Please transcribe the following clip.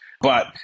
But-